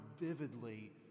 vividly